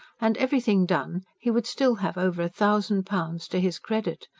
and, everything done, he would still have over a thousand pounds to his credit.